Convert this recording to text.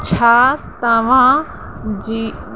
छा तव्हांजी